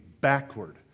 backward